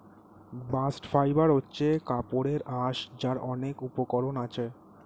bast fibre হচ্ছে কাপড়ের আঁশ যার অনেক উপকরণ আছে